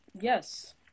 Yes